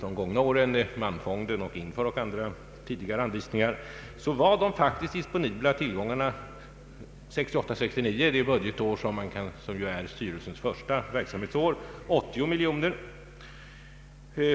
Styrelsen för teknisk utveckling har inte bara disponerat budgetmedel utan också under de gångna åren haft tillgång till medel från Malmfonden och andra tidigare medelsanvisningar.